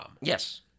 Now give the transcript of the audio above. Yes